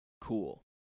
cool